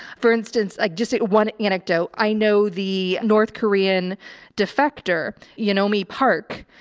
for instance, like just one anecdote, i know the north korean defector, yunomi park,